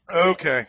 Okay